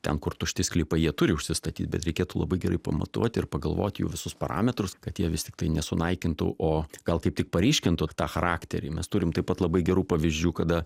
ten kur tušti sklypai jie turi užsistatyt bet reikėtų labai gerai pamatuot ir pagalvot jų visus parametrus kad jie vis tiktai nesunaikintų o gal kaip tik paryškintų tą charakterį mes turim taip pat labai gerų pavyzdžių kada